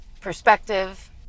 perspective